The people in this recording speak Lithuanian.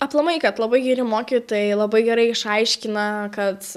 aplamai kad labai geri mokytojai labai gerai išaiškina kad